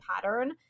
pattern